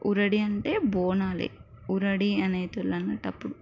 ఊరడి అంటే బోనాలే ఊరడి అనేట్టోళ్ళు అన్నట్టు అప్పుడు